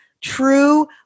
true